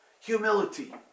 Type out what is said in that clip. Humility